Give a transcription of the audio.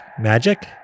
magic